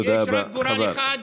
יש רק גורל אחד